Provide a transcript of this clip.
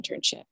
internship